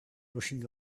rushing